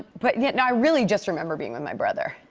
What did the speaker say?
but yeah and i really just remember being with my brother.